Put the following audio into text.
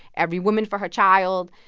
every woman for her child,